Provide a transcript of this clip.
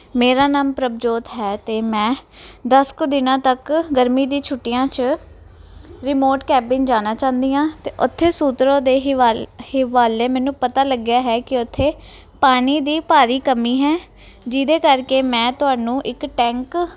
ਮੇਰਾ ਨਾਮ ਪ੍ਰਭਜੋਤ ਹੈ ਤੇ ਮੈਂ ਦਸ ਕੁ ਦਿਨਾਂ ਤੱਕ ਗਰਮੀ ਦੀ ਛੁੱਟੀਆਂ ਚ ਰਿਮੋਟ ਕੈਬਿਨ ਜਾਣਾ ਚਾਹੁੰਦੀ ਆਂ ਤੇ ਉੱਥੇ ਸੂਤਰਾ ਦੇ ਹਵਾ ਹਵਾਲੇ ਮੈਨੂੰ ਪਤਾ ਲੱਗਿਆ ਹੈ ਕਿ ਉੱਥੇ ਪਾਣੀ ਦੀ ਭਾਰੀ ਕਮੀ ਹੈ ਜਿਹਦੇ ਕਰਕੇ ਮੈਂ ਤੁਹਾਨੂੰ ਇੱਕ ਟੈਂਕ